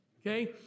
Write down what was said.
Okay